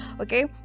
okay